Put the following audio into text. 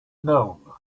known